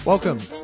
Welcome